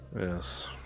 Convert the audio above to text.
Yes